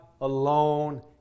alone